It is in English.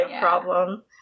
problem